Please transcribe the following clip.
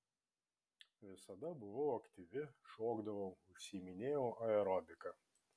visada buvau aktyvi šokdavau užsiiminėjau aerobika